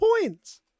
points